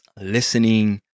listening